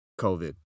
covid